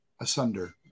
asunder